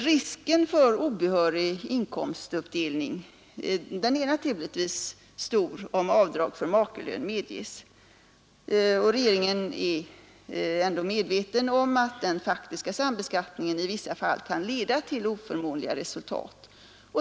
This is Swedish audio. Risken för obehörig inkomstuppdelning är naturligtvis stor om avdrag för makelön medges. Regeringen är ändå medveten om att den faktiska sambeskattningen i vissa fall kan leda till oförmånliga resultat.